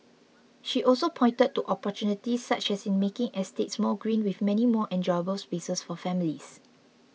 she also pointed to opportunities such as in making estates more green with many more enjoyable spaces for families